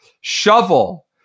Shovel